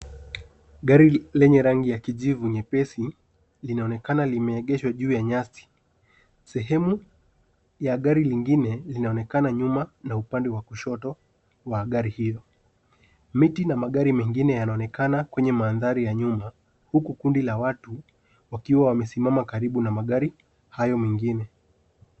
Gari yenye rangi ya kijivu nyepesi, inaonekana limeegeshwa juu ya nyasi. Sehemu ya gari ingine inaonekana nyuma na upande wa kushoto wa gari hilo, miti na magari mengine yanaonekana kwenye mandhari ya nyuma huku kundi la watu wakiwa wamesimama karibu na magari hayo mengine.